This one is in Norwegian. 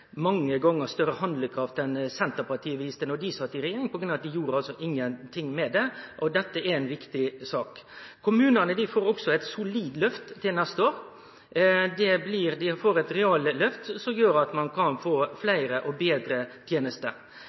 mange gonger større handlekraft enn det Senterpartiet viste då dei satt i regjering, for dei gjorde ingen ting med det, og dette er ei viktig sak. Kommunane får eit solid løft til neste år. Dei får eit realløft, som gjer at ein kan få fleire og betre tenester.